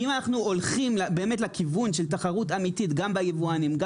אם אנחנו הולכים באמת לכיוון של תחרות אמיתית גם ביבואנים.